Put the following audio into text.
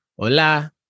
hola